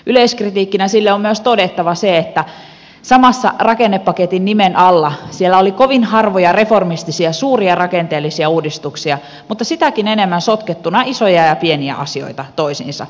yleiskritiikkinä sille on myös todettava se että saman rakennepaketin nimen alla siellä oli kovin harvoja reformistisia suuria rakenteellisia uudistuksia mutta sitäkin enemmän sotkettuna isoja ja pieniä asioita toisiinsa